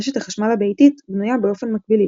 רשת החשמל הביתית בנויה באופן מקבילי,